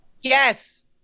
Yes